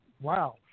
wow